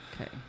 Okay